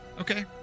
okay